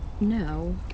No